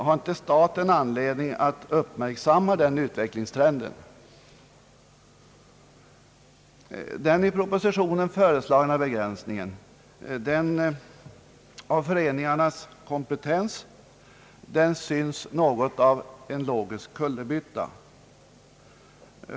Har inte staten anledning att uppmärksamma den utvecklingstrenden? Den i propositionen föreslagna begränsningen av föreningarnas kompetens synes vara något av en logisk kullerbytta.